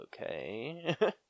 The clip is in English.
okay